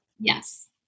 Yes